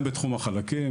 גם בתחום החלקים,